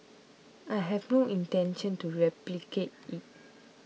I have no intention to replicate it